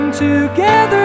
together